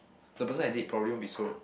the person I date probably won't be so